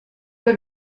que